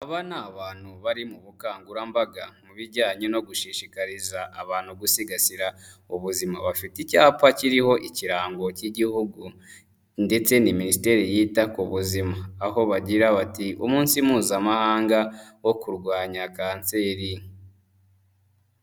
Aba ni abantu bari mu bukangurambaga mu bijyanye no gushishikariza abantu gusigasira ubuzima. Bafite icyapa kiriho ikirango cy'igihugu ndetse ni miniteri yita ku buzima, aho bagira bati umunsi mpuzamahanga wo kurwanya kanseri.